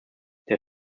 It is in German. der